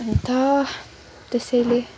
अन्त त्यसैले